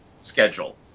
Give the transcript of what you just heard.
schedule